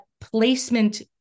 placement